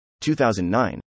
2009